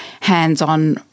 hands-on